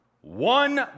one